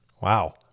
Wow